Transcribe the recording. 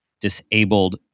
disabled